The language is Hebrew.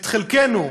את חלקנו,